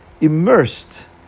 immersed